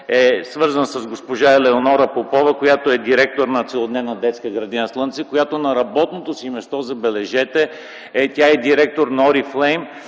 е свързан с госпожа Елеонора Попова, която е директор на Целодневна детска градина „Слънце”, която на работното си място, забележете, тя е директор на „Орифлейм”